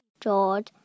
George